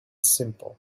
simple